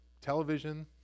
television